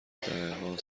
دههها